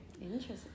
Interesting